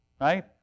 right